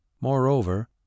moreover